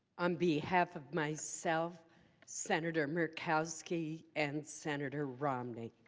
on behalf of myself senator murkowski and senator from